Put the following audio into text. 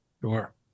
Sure